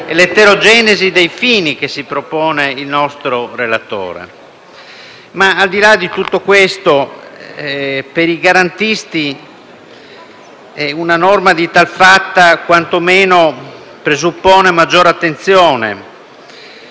dell'eterogenesi dei fini che si propone il nostro relatore. Al di là di tutto questo, per i garantisti una norma di tal fatta presuppone quantomeno maggiore attenzione,